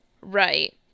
Right